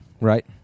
Right